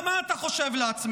אמור, מה אתה חושב לעצמך,